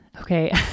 Okay